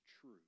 true